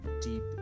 deep